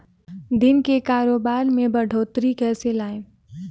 दिन के कारोबार में बढ़ोतरी कैसे लाएं?